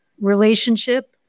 relationship